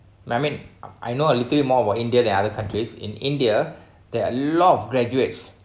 like I mean I know a little more about india than other countries in india there are a lot of graduates